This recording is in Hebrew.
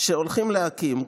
שהולכים להקים,